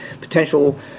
potential